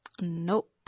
Nope